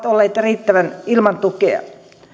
olleet ilman riittävää tukea